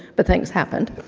but things happened.